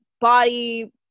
body